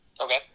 Okay